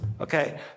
Okay